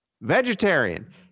vegetarian